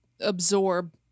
absorb